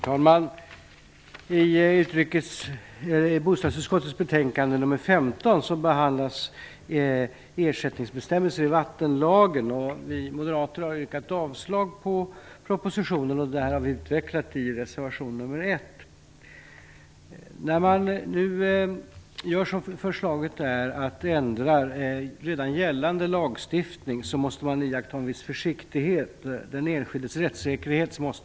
Herr talman! I bostadsutskottets betänkande nr 15 behandlas ersättningsbestämmelser i vattenlagen. Vi moderater har yrkat avslag på propositionen, vilket vi har utvecklat i en reservation. När man nu gör som i detta förslag, dvs. ändrar redan gällande lagstiftning, måste man iaktta en viss försiktighet. Man måste beakta den enskildes rättssäkerhet.